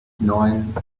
neun